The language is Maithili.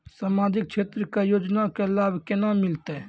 समाजिक क्षेत्र के योजना के लाभ केना मिलतै?